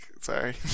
Sorry